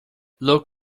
look